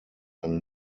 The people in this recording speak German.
eine